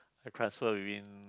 I transfer within